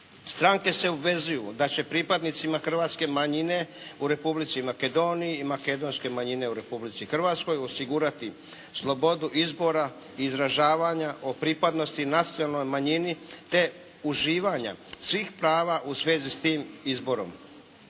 stranke se obvezuju da će pripadnicima hrvatske manjine u Republici Makedoniji i makedonske manjine u Republici Hrvatskoj osigurati slobodu izbora izražavanja o pripadnosti nacionalnoj manjini te uživanja svih prava u svezi s tim izborom.